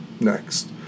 next